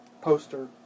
poster